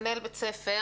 מנהל בית ספר,